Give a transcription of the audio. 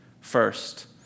First